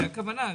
זו הכוונה?